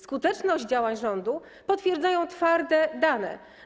Skuteczność działań rządu potwierdzają twarde dane.